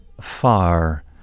far